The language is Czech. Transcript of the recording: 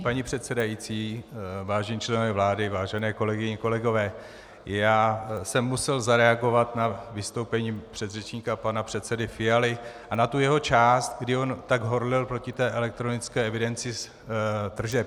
Paní předsedající, vážení členové vlády, vážené kolegyně, kolegové, musel jsem zareagovat na vystoupení předřečníka pana předsedy Fialy a na tu jeho část, kdy tak horlil proti elektronické evidenci tržeb.